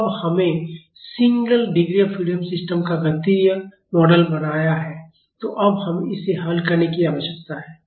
तो अब हमने सिंगल डिग्री फ्रीडम सिस्टम का गणितीय मॉडल बनाया है तो अब हमें इसे हल करने की आवश्यकता है